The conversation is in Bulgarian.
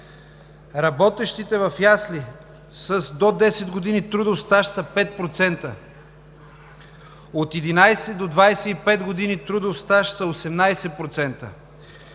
Работещите в ясли с до 10 години трудов стаж са 5%, от 11 до 25 години трудов стаж са 18%